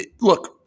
look